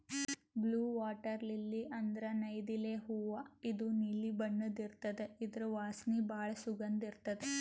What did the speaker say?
blue water lily ಅಂದ್ರ ನೈದಿಲೆ ಹೂವಾ ಇದು ನೀಲಿ ಬಣ್ಣದ್ ಇರ್ತದ್ ಇದ್ರ್ ವಾಸನಿ ಭಾಳ್ ಸುಗಂಧ್ ಇರ್ತದ್